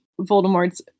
Voldemort's